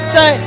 Say